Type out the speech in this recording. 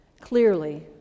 Clearly